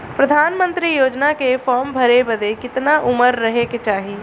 प्रधानमंत्री योजना के फॉर्म भरे बदे कितना उमर रहे के चाही?